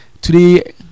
today